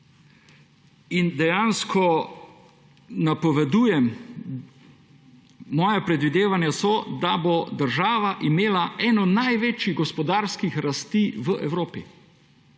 in dejansko napovedujem, moja predvidevanja so, da bo država imela eno največjih gospodarskih rasti v Evropi.